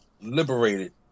Liberated